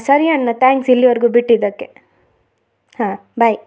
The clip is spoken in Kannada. ಸರಿ ಅಣ್ಣ ತ್ಯಾಂಕ್ಸ್ ಇಲ್ಲಿವರ್ಗು ಬಿಟ್ಟಿದ್ದಕ್ಕೆ ಹಾಂ ಬಾಯ್